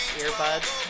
earbuds